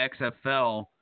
XFL